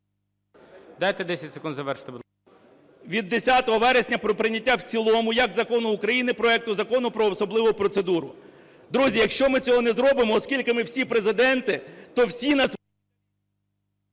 Дайте 10 секунд завершити, будь ласка. КНЯЖИЦЬКИЙ М.Л. …від 10 вересня про прийняття в цілому як закону України проекту Закону про особливу процедуру. Друзі, якщо ми цього не зробимо, оскільки ми всі – президенти, то всі на…